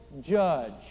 judge